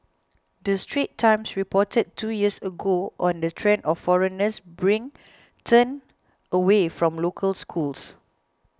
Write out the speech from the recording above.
the Straits Times reported two years ago on the trend of foreigners bring turned away from local schools